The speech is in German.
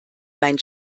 mein